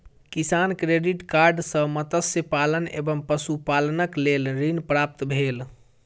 किसान credit card सॅ मत्स्य पालन एवं पशुपालनक लेल ऋण प्राप्त भेल